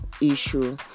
issue